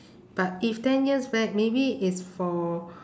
but if ten years back maybe it's for